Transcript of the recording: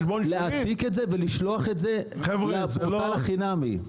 להעתיק את זה ולשלוח את זה לפורטל החינמי.